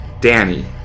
Danny